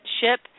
ship